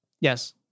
Yes